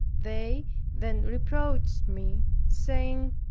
they then reproached me, saying,